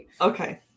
Okay